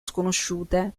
sconosciute